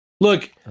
look